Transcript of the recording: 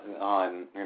on